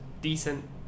decent